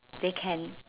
they can